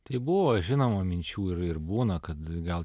tai buvo žinoma minčių ir būna kad gal